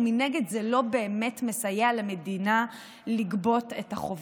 ומנגד זה לא באמת מסייע למדינה לגבות את החובות.